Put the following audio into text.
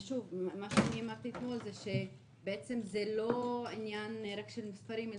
אמרתי אתמול שזה לא רק עניין של מספרים,